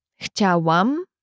chciałam